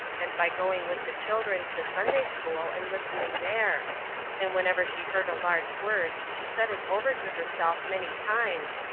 and by going with the children to sunday-school and listening there and whenever she heard a large word she said it over to herself many times,